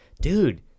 dude